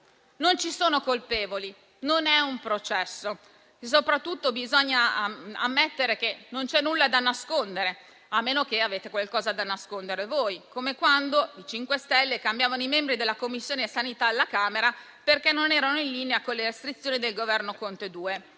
Non ci sono colpevoli, non è un processo. Soprattutto, bisogna ammettere che non c'è nulla da nascondere, a meno che abbiate qualcosa da nascondere voi, come quando i Cinque Stelle cambiavano i membri della Commissione sanità alla Camera perché non erano in linea con le restrizioni del Governo Conte II.